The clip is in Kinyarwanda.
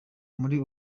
muri